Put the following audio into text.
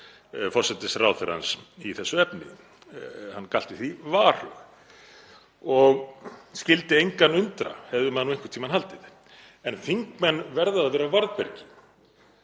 forsætisráðherrans í þessu efni. Hann galt við því varhuga og skyldi engan undra hefði maður nú einhvern tímann haldið. Þingmenn verða að vera á varðbergi.